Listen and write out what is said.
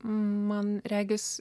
man regis